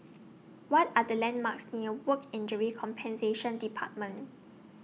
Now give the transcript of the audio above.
What Are The landmarks near Work Injury Compensation department